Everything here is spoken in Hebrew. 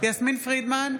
יסמין פרידמן,